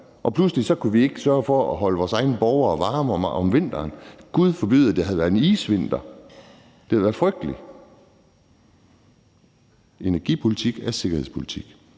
og pludselig kunne vi ikke sørge for at holde vores egne borgere varme om vinteren. Gud forbyde, at det havde været en isvinter. Det havde været frygteligt. Energipolitik er sikkerhedspolitik.